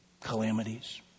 calamities